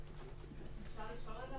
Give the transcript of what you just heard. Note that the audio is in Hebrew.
האם יש לך מה